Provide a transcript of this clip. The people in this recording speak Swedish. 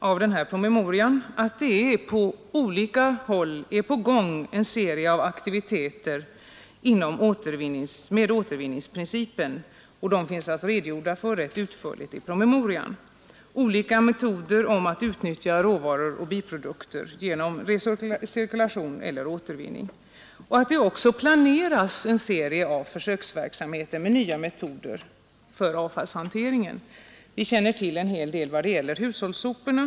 Av promemorian framgår vidare att det på olika håll pågår en serie aktiviteter grundade på återvinningsprincipen. Det finns en ganska utförlig redogörelse för de aktiviteterna i promemorian, t.ex. olika metoder att utnyttja råvaror och biprodukter genom recirkulation. Vidare planeras en serie försöksverksamheter med nya metoder för avfallshantering. Vi känner till en del försök när det gäller hushållssoporna.